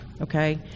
Okay